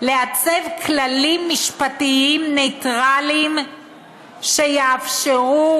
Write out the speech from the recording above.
לעצב כללים משפטיים ניטרליים שיאפשרו,